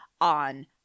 on